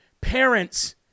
parents